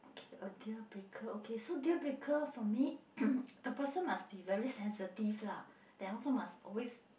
a deal breaker okay so deal breaker for me the person must be very sensitive lah then also must always